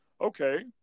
okay